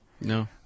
No